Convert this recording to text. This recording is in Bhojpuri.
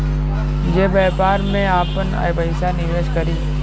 जे व्यापार में आपन पइसा निवेस करी